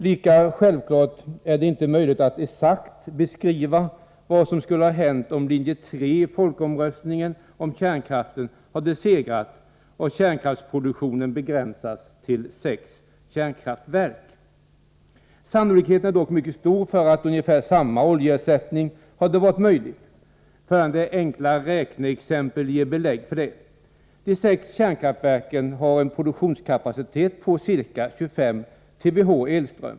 Lika självklart är att det inte är möjligt att exakt beskriva vad som skulle ha hänt, om linje 3 i folkomröstningen om kärnkraften hade segrat och kärnkraftsproduktionen begränsats till sex kärnkraftverk. Sannolikheten är dock mycket stor för att ungefär samma oljeersättning hade varit möjlig. Följande enkla räkneexempel ger belägg för det. De sex kärnkraftverken har en produktionskapacitet på ca 25 TWh elström.